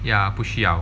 ya 不需要